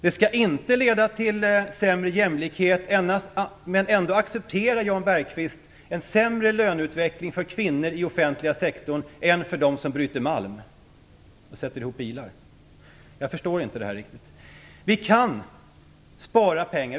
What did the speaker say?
Det skall inte leda till sämre jämlikhet, men ändå accepterar Jan Bergqvist en sämre löneutveckling för kvinnor i den offentliga sektorn än för dem som bryter malm och sätter ihop bilar. Jag förstår inte riktigt det här. Vi kan spara pengar.